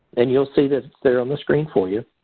and you'll see this there on the screen for you.